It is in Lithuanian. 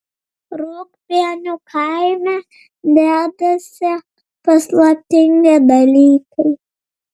rūgpienių kaime dedasi paslaptingi dalykai